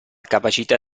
capacità